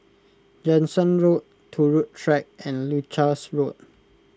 Jansen Road Turut Track and Leuchars Road